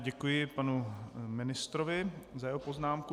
Děkuji panu ministrovi za jeho poznámku.